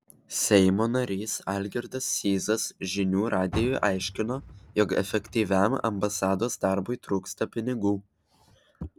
seimo narys algirdas sysas žinių radijui aiškino jog efektyviam ambasados darbui trūksta pinigų